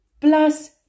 plus